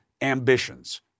ambitions